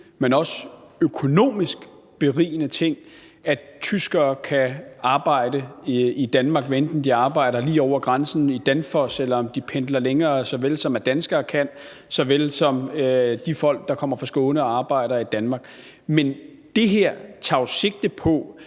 men også økonomisk berigende ting, at tyskere kan arbejde i Danmark, hvad enten de arbejder lige over grænsen på Danfoss, eller de pendler længere, sådan som danskere også kan, lige så vel som de folk, der kommer fra Skåne og arbejder i Danmark. Men det her tager jo sigte på,